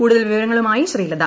കൂടുതൽ വിവരങ്ങളുമായി ശ്രീലത